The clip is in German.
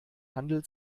handel